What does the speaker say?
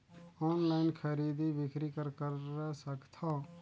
Online खरीदी बिक्री कर सकथव?